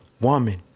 woman